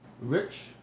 rich